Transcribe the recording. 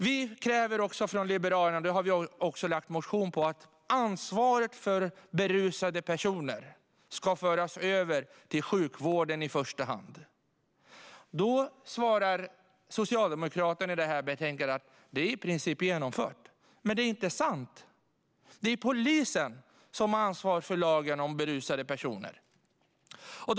Vi från Liberalerna kräver också, och det har vi också väckt en motion om, att ansvaret för berusade personer ska föras över till i första hand sjukvården. Socialdemokraterna svarar i betänkandet att det i princip är genomfört. Det är inte sant. Det är polisen som enligt lagen har ansvar för berusade personer. Fru talman!